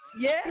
Yes